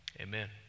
Amen